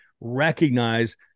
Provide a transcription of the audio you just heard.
recognize